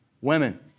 women